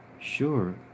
sure